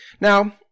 Now